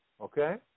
Okay